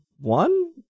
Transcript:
one